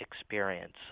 experience